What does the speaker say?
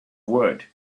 wood